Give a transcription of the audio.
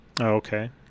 Okay